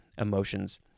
emotions